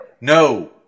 no